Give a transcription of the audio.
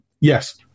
Yes